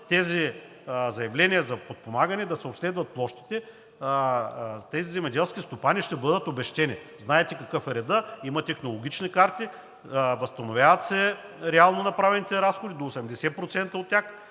тези заявления за подпомагане, да се обследват площите, тези земеделски стопани ще бъдат обезщетени. Знаете какъв е редът, има технологични карти, възстановяват се реално направените разходи – до 80% от тях